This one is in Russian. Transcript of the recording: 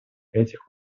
этих